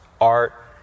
art